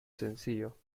sencillo